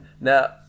Now